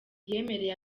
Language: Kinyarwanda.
yemereye